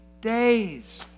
days